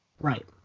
Right